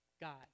God